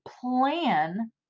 plan